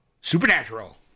Supernatural